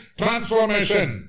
transformation